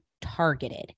targeted